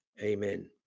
amen